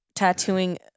Tattooing